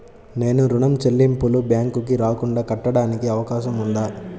నేను ఋణం చెల్లింపులు బ్యాంకుకి రాకుండా కట్టడానికి అవకాశం ఉందా?